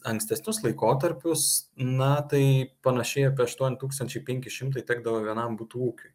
ankstesnius laikotarpius na tai panašiai apie aštuoni tūkstančiai penki šimtai tekdavo vienam butų ūkiui